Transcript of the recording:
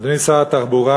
אדוני שר התחבורה,